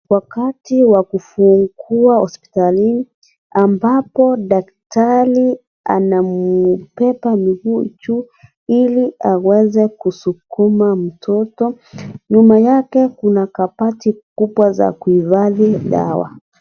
Wakati wa kufungua hospitali ambapo daktari anambeba mguu juu ili aweze kusukuma mtoto. Nyuma yeke kuna kabati kubwa za kuhifadhi dawa.